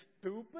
stupid